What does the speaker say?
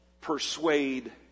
persuade